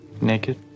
Naked